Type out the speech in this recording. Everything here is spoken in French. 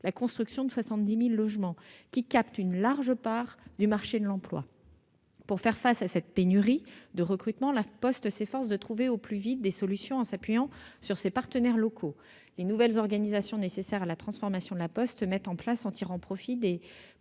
la construction de 70 000 logements -, qui captent une large part du marché de l'emploi. Pour faire face à cette pénurie de recrutement, La Poste s'efforce de trouver au plus vite des solutions en s'appuyant sur ses partenaires locaux. Les nouvelles organisations nécessaires à la transformation de La Poste se mettent en place, en tirant profit des progrès